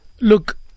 Look